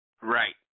Right